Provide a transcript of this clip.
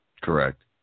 Correct